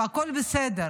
והכול בסדר.